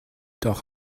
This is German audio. doch